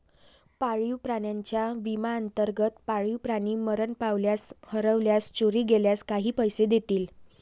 पाळीव प्राण्यांच्या विम्याअंतर्गत, पाळीव प्राणी मरण पावल्यास, हरवल्यास, चोरी गेल्यास काही पैसे देतील